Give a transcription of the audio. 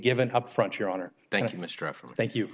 given up front your honor thank you